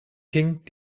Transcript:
king